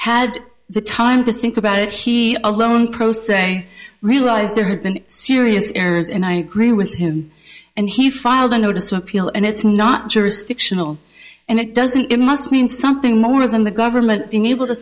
had the time to think about it he alone pro se realized there had been serious errors and i agree with him and he filed a notice of appeal and it's not jurisdictional and it doesn't it must mean something more than the government being able to